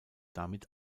damit